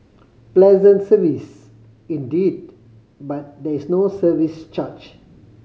pleasant service indeed but there is no service charge